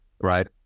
Right